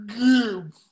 give